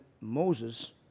Moses